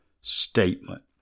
statement